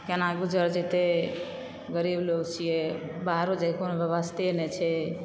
केना गुजर जेतय गरीब लोग छियै बाहरो जाइके कोनो व्यवस्थे नहि छै